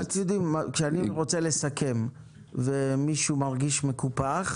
אתם יודעים, כשאני רוצה לסכם ומישהו מרגיש מקופח,